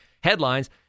headlines